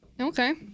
Okay